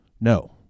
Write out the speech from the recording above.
no